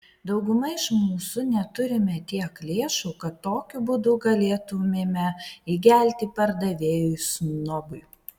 dauguma iš mūsų neturime tiek lėšų kad tokiu būdu galėtumėme įgelti pardavėjui snobui